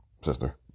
Sister